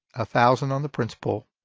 ah thousand on the principal.